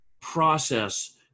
process